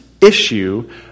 issue